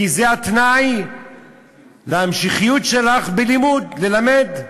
כי זה התנאי להמשכיות שלך בלימוד, ללמד,